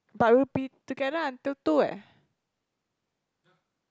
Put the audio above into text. but we'll be together until two eh